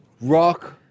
Rock